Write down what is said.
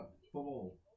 football